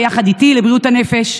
יחד איתי בשדולה לבריאות הנפש.